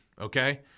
okay